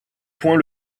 point